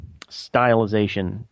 stylization